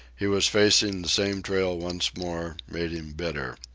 he was facing the same trail once more, made him bitter.